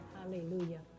Hallelujah